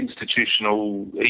institutional